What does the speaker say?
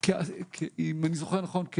אם אני זוכר נכון,